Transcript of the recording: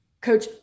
coach